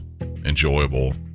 enjoyable